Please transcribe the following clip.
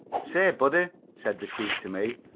say, buddy, said the chief to me,